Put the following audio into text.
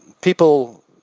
people